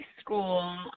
school